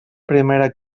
primera